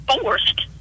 forced